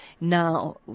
now